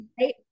Right